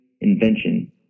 invention